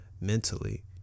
mentally